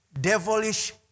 devilish